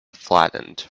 flattened